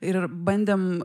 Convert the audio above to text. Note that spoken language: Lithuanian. ir bandėm